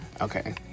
Okay